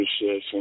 appreciation